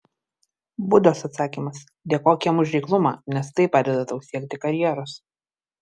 budos atsakymas dėkok jam už reiklumą nes tai padeda tau siekti karjeros